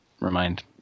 remind